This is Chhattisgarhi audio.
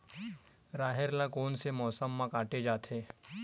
राहेर ल कोन से मौसम म काटे जाथे?